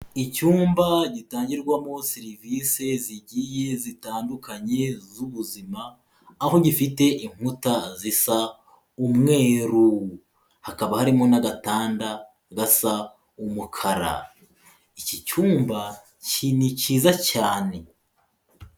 Icyumba gitangirwamo serivise zigiye zitandukanye z'ubuzima, aho gifite inkuta zisa umweru, hakaba harimo n'agatanda gasa umukara, iki cyumba ni cyiza cyane.